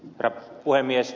herra puhemies